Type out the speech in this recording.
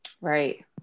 Right